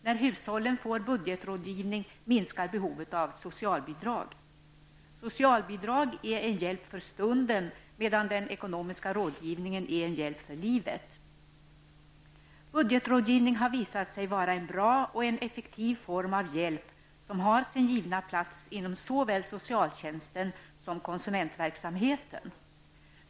När hushållen får budgetrådgivning minskar behovet av socialbidrag. Socialbidrag är en hjälp för stunden, medan den ekonomiska rådgivningen är en hjälp för livet. Budgetrådgivning har visat sig vara en bra och effektiv form av hjälp som har sin givna plats inom såväl socialtjänsten som konsumentverksamheten.